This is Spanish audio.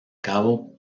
cabo